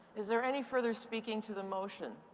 is there any further speaking to the motion?